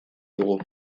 dugu